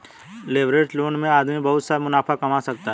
leveraged loan में आदमी बहुत सा मुनाफा कमा सकता है